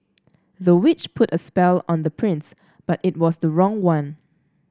the witch put a spell on the prince but it was the wrong one